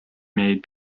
made